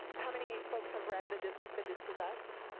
how many folks have red the the dispossessed